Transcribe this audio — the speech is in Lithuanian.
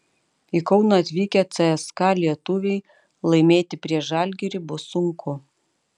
į kauną atvykę cska lietuviai laimėti prieš žalgirį bus sunku